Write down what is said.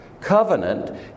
covenant